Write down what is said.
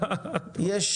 טריאופולים.